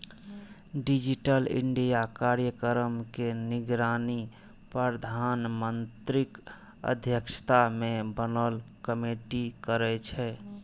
digital India कार्यक्रम के निगरानी प्रधानमंत्रीक अध्यक्षता मे बनल कमेटी करै छै